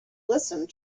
listened